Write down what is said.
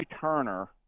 Turner